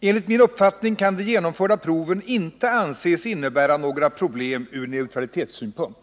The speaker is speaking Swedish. Enligt min uppfattning kan de genomförda proven inte anses innebära några problem ur neutralitetssynpuhkt.